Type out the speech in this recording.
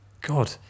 God